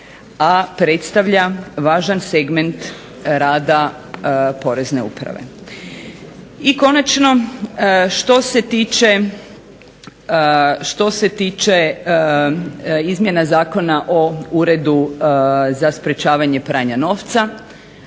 a predstavlja važan segment rada Porezne uprave. I konačno što se tiče izmjena Zakona o Uredu za sprječavanje pranja novca